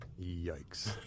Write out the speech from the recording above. Yikes